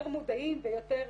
יותר מודעים ויותר